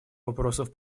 вопросов